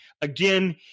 Again